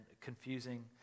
confusing